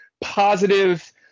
positive